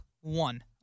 one